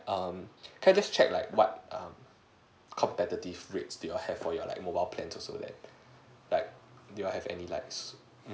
um can I just check like what um competitive rate do you have for your like mobile plan also like like do you have any like mm